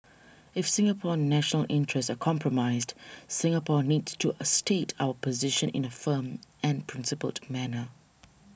if Singapore's national interests are compromised Singapore needs to state our position in a firm and principled manner